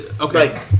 Okay